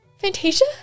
Fantasia